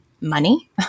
money